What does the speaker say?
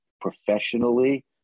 professionally